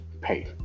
pay